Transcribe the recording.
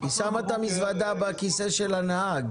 -- היא שמה את המזוודה בכיסא של הנהג.